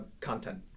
content